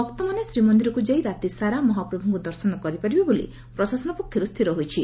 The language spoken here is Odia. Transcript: ଭକ୍ତମାନେ ଶ୍ରୀମନ୍ଦିରକୁ ଯାଇ ରାତିସାରା ମହାପ୍ରଭୁଙ୍କୁ ଦର୍ଶନ କରିପାରିବେ ବୋଲି ପ୍ରଶାସନ ପକ୍ଷରୁ ସ୍ଥିର ହୋଇଛି